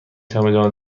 چمدان